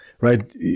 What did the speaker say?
right